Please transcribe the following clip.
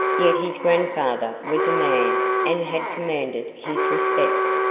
yet his grandfather was a man and had commanded his respect.